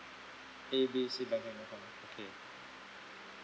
A B C banking dot com ah okay